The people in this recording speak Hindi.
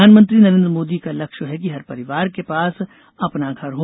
प्रधानमंत्री नरेन्द्र मोदी का लक्ष्य है कि हर परिवार के पास अपना घर हो